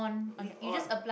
leave on